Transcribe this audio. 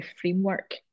framework